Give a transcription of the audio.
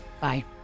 Bye